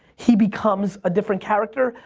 he becomes a different character.